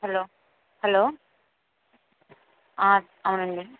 hello hello అవునండి